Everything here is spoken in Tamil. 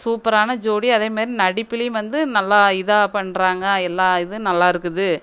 சூப்பரான ஜோடி அதேமாரி நடிப்புலேயும் வந்து நல்லா இதாக பண்ணுறாங்க எல்லா இதுவும் நல்லாயிருக்குது